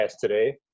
today